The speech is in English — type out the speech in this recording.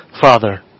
Father